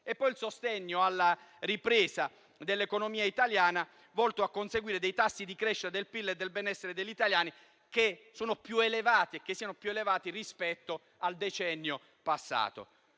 c'è il sostegno alla ripresa dell'economia italiana, volto a conseguire tassi di crescita del PIL e del benessere degli italiani che siano più elevati rispetto al decennio passato.